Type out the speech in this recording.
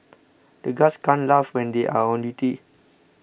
the guards can't laugh when they are on duty